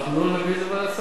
בוא תעביר את זה בטרומית.